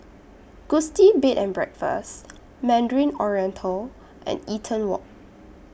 Gusti Bed and Breakfast Mandarin Oriental and Eaton Walk